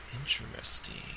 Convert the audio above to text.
Interesting